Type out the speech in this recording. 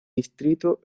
distrito